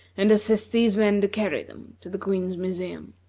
and assist these men to carry them to the queen's museum.